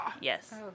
Yes